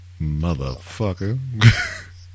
Motherfucker